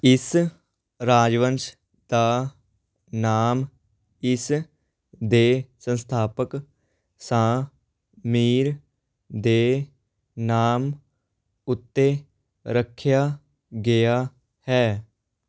ਇਸ ਰਾਜਵੰਸ਼ ਦਾ ਨਾਮ ਇਸ ਦੇ ਸੰਸਥਾਪਕ ਸ਼ਾਹ ਮੀਰ ਦੇ ਨਾਮ ਉੱਤੇ ਰੱਖਿਆ ਗਿਆ ਹੈ